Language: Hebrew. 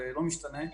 לא משתנה,